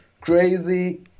crazy